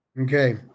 Okay